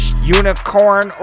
unicorn